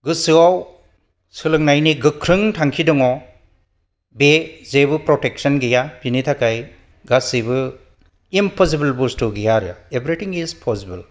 गोसोआव सोलोंनायनि गोख्रों थांखि दङ बे जेबो प्रटेक्सन गैया बेनि थाखाय गासैबो इम्पसिबल बुस्तु गैया आरो एभारुथिं इस पसिबल